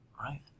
Right